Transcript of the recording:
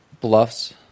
bluffs